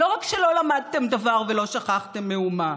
לא רק שלא למדתם דבר ולא שכחתם מאומה